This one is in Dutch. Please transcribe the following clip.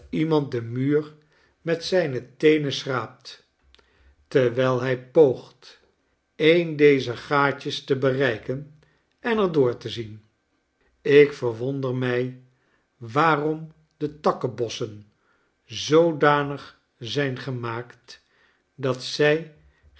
iemand den muur met zijne teenen schraapt terwijl hij poogt een dezer gaatjes te bereiken en er door te zien ik verwonder mij waarom de takkenbossen zoodanig zijn gemaakt dat zij